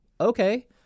okay